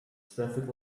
traffic